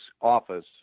office